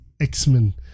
X-Men